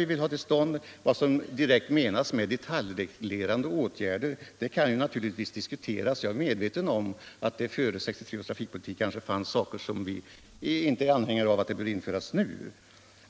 ” Vad som direkt menas med detaljreglerande åtgärder kan naturligtvis diskuteras. Jag är medveten om att det före 1963 års trafikbeslut kanske fanns saker som vi nu inte vill införa.